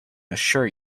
assure